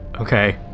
Okay